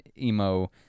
emo